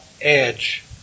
edge